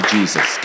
Jesus